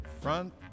front